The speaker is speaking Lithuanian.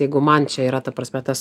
jeigu man čia yra ta prasme tas